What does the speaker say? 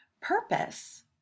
Purpose